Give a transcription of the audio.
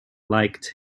liked